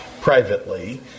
privately